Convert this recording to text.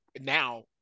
now